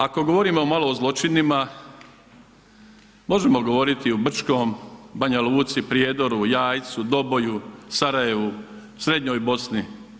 Ako govorimo malo o zločinima, možemo govoriti o Brčkom, Banja Luci, Prijedoru, jajcu, Doboju, Sarajevu, srednjoj Bosni.